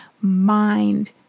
mind